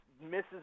misses